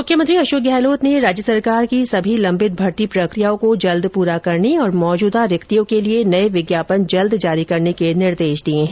मुख्यमंत्री अशोक गहलोत ने राज्य सरकार की सभी लम्बित भर्ती प्रक्रियाओं को जल्द पूरा करने और मौजूदा रिक्तियों के लिए नए विज्ञापन जल्द जारी करने के निर्देश दिए है